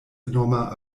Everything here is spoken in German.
enormer